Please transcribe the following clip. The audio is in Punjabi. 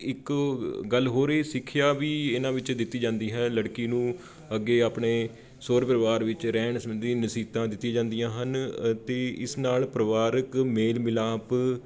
ਇੱਕੋ ਗੱਲ ਹੋਰ ਹੀ ਸਿੱਖਿਆ ਵੀ ਇਹਨਾਂ ਵਿੱਚ ਦਿੱਤੀ ਜਾਂਦੀ ਹੈ ਲੜਕੀ ਨੂੰ ਅੱਗੇ ਆਪਣੇ ਸਹੁਰੇ ਪਰਿਵਾਰ ਵਿੱਚ ਰਹਿਣ ਸੰਬੰਧੀ ਨਸੀਅਤਾਂ ਦਿੱਤੀਆਂ ਜਾਂਦੀਆਂ ਹਨ ਅਤੇ ਇਸ ਨਾਲ ਪਰਿਵਾਰਕ ਮੇਲ ਮਿਲਾਪ